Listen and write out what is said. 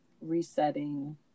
resetting